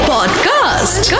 Podcast